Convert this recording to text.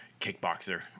kickboxer